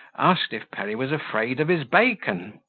asked if perry was afraid of his bacon?